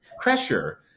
pressure